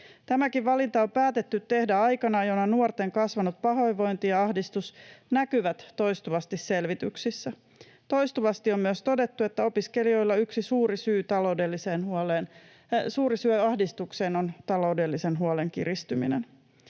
Tämäkin valinta on päätetty tehdä aikana, jona nuorten kasvanut pahoinvointi ja ahdistus näkyvät toistuvasti selvityksissä. Toistuvasti on myös todettu, että opiskelijoilla yksi suuri syy ahdistukseen on taloudellisen huolen kiristyminen.